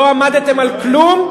לא עמדתם על כלום,